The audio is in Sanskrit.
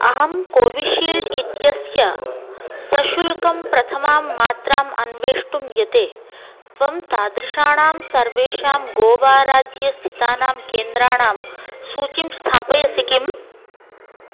अहं कोविशील्ड् इत्यस्य सशुल्कं प्रथमां मात्राम् अन्वेष्टुं यते त्वं तादृशानां सर्वेषां गोवाराज्यस्थितानां केन्द्राणां सूचीं स्थापयसि किम्